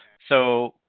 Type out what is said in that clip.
so,